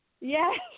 Yes